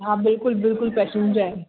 हा बिल्कुलु बिल्कुलु पैशन जा आहिनि